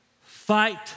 Fight